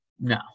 no